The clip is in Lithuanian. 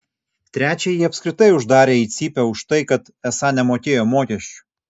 trečiąjį apskritai uždarė į cypę už tai kad esą nemokėjo mokesčių